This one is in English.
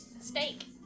Steak